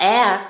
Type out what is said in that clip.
Air